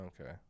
Okay